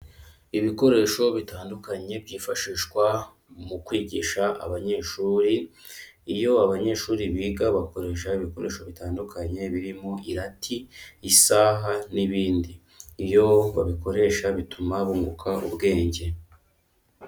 Ibikoresho bitandukanye byifashishwa mu kwigisha abanyeshuri, iyo abanyeshuri biga bakoresha ibikoresho bitandukanye birimo irati, isaha, n'ibindi, iyo babikoresha bituma bunguka ubwenge.